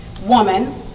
woman